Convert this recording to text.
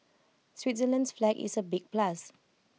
Switzerland's flag is the big plus